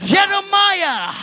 Jeremiah